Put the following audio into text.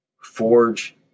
forge